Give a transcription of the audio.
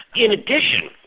in addition,